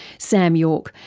sam yorke,